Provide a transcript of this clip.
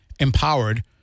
empowered